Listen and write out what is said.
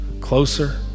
closer